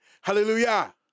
Hallelujah